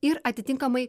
ir atitinkamai